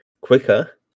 quicker